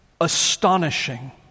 astonishing